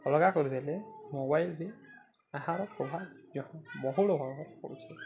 ଅଲଗା କରିଦେଲେ ମୋବାଇଲରେ ଏହାର ପ୍ରଭାବ ବହୁଳ ଭାବରେ ପଡ଼ୁଛି